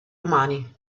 umani